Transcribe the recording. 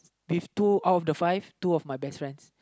with two out of the five two of my best friends